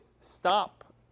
stop